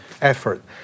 effort